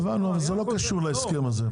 זה לא קשור להסכם הזה.